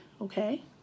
okay